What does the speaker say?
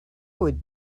would